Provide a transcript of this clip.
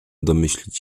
domyślić